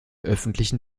öffentlichen